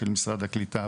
של משרד הקליטה,